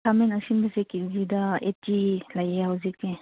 ꯈꯥꯃꯦꯟ ꯑꯁꯤꯟꯕꯁꯦ ꯀꯖꯤꯗ ꯑꯩꯠꯇꯤ ꯂꯩꯌꯦ ꯍꯧꯖꯤꯛꯁꯦ